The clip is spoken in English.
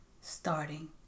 starting